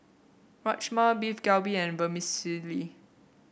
Rajma Beef Galbi and Vermicelli